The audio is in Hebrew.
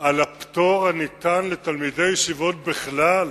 על הפטור הניתן לתלמידי הישיבות בכלל,